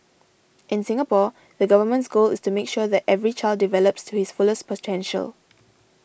in Singapore the Government's goal is to make sure that every child develops to his fullest potential